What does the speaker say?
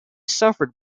suffered